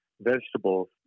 vegetables